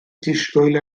disgwyl